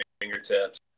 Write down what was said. fingertips